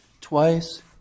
twice